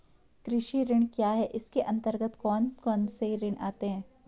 कृषि ऋण क्या है इसके अन्तर्गत कौन कौनसे ऋण आते हैं?